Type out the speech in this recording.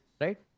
Right